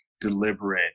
deliberate